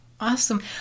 Awesome